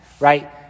right